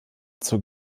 zur